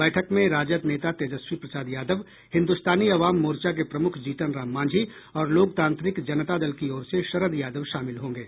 बैठक में राजद नेता तेजस्वी प्रसाद यादव हिन्दुस्तानी अवाम मोर्चा के प्रमुख जीतन राम मांझी और लोकतांत्रिक जनता दल की ओर से शरद यादव शामिल होंगे